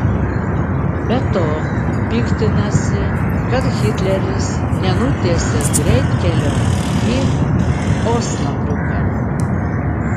be to piktinasi kad hitleris nenutiesė greitkelio į osnabriuką